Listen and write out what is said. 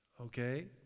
okay